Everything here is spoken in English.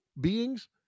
beings